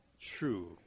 true